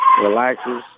relaxes